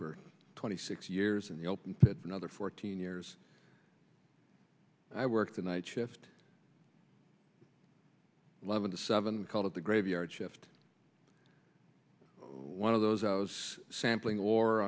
for twenty six years in the open pit another fourteen years i worked the night shift eleven to seven called it the graveyard shift one of those i was sampling or